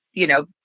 you know,